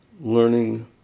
learning